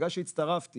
בגלל שהצטרפתי